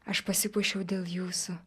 aš pasipuošiau dėl jūsų